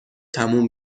تموم